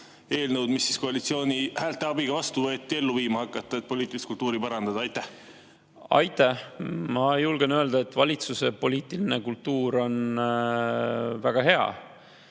eelnõu, mis koalitsiooni häälte abiga vastu võeti, ellu viima hakata, et poliitilist kultuuri parandada? Aitäh! Ma julgen öelda, et valitsuse poliitiline kultuur on väga hea,